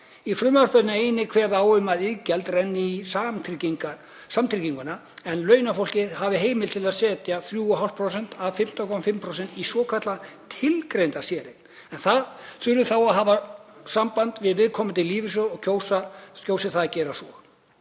Í frumvarpinu er einnig kveðið á um að iðgjaldið renni inn í samtrygginguna en launafólk hafi heimild til að setja 3,5% af 15,5% í svokallaða tilgreinda séreign en það þurfi þá að hafa samband við viðkomandi lífeyrissjóð kjósi það að gera svo.